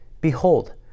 Behold